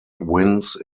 wins